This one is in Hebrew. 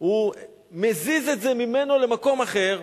הוא מזיז את זה ממנו למקום אחר.